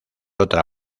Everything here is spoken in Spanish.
otra